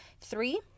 three